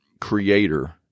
creator